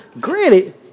Granted